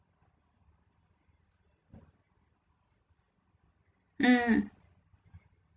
mm